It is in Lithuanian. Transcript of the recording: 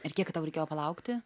ir kiek tau reikėjo palaukti